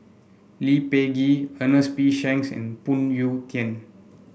Lee Peh Gee Ernest P Shanks and Phoon Yew Tien